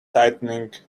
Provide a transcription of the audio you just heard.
tightening